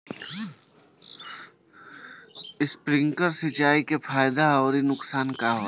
Sprinkler सिंचाई से फायदा अउर नुकसान का होला?